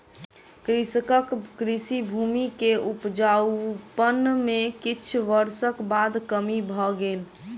कृषकक कृषि भूमि के उपजाउपन में किछ वर्षक बाद कमी भ गेल